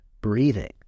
breathing